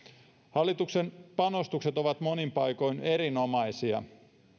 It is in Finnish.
hallituksen panostukset ovat monin paikoin erinomaisia